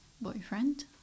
boyfriend